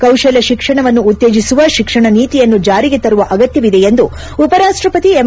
ಕೌಶಲ್ಯ ಶಿಕ್ಷಣವನ್ನು ಉತ್ತೇಜಸುವ ಶಿಕ್ಷಣ ನೀತಿಯನ್ನು ಜಾರಿಗೆ ತರುವ ಅಗತ್ಯವಿದೆ ಎಂದು ಉಪ ರಾಷ್ಟಪತಿ ಎಂ